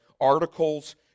articles